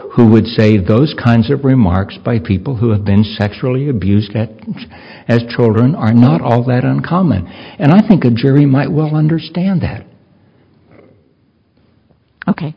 who would say those kinds of remarks by people who have been sexually abused as children are not all that uncommon and i think the jury might well understand that ok